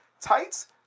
Tights